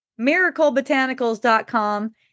miraclebotanicals.com